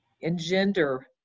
engender